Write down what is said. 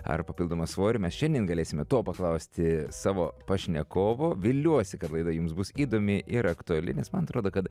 ar papildomą svorį mes šiandien galėsime to paklausti savo pašnekovo viliuosi kad laida jums bus įdomi ir aktuali nes man atrodo kad